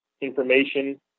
information